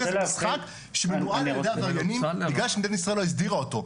זה משחק שמנוהל על ידי עבריינים בגלל שמדינת ישראל לא הסדירה אותו.